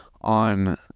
on